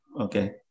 Okay